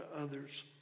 others